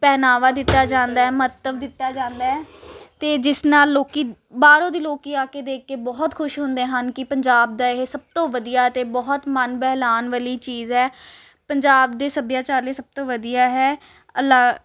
ਪਹਿਨਾਵਾ ਦਿੱਤਾ ਜਾਂਦਾ ਮਹੱਤਵ ਦਿੱਤਾ ਜਾਂਦਾ ਅਤੇ ਜਿਸ ਨਾਲ ਲੋਕ ਬਾਹਰੋਂ ਦੀ ਲੋਕੀ ਆ ਕੇ ਦੇਖ ਕੇ ਬਹੁਤ ਖੁਸ਼ ਹੁੰਦੇ ਹਨ ਕਿ ਪੰਜਾਬ ਦਾ ਇਹ ਸਭ ਤੋਂ ਵਧੀਆ ਅਤੇ ਬਹੁਤ ਮਨ ਬਹਿਲਾਨ ਬਲੀ ਚੀਜ਼ ਹੈ ਪੰਜਾਬ ਦੇ ਸੱਭਿਆਚਾਰ ਲਈ ਸਭ ਤੋਂ ਵਧੀਆ ਹੈ ਅਲਾ